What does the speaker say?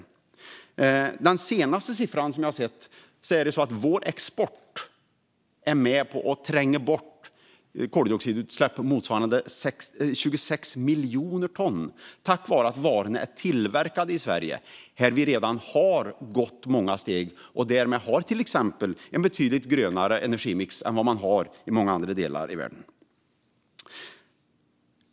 Enligt den senaste siffran jag såg är vår export med och tränger bort koldioxidutsläpp på motsvarande 26 miljoner ton, tack vare att varorna är tillverkade i Sverige, där vi redan har gått många steg och därmed till exempel har en betydligt grönare energimix än i många andra delar av världen.